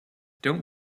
don’t